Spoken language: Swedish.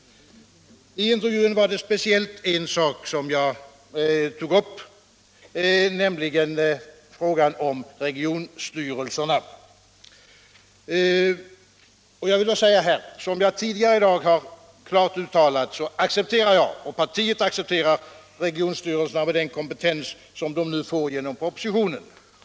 I intervjun var det speciellt en sak som jag tog upp, nämligen frågan om regionstyrelserna. Som jag tidigare i dag har klart uttalat här så accepterar jag och mitt parti regionstyrelserna med den kompetens de får enligt propositionen.